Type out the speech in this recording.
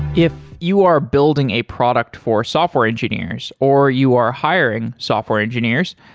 if you are building a product for software engineers, or you are hiring software engineers,